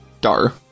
Dar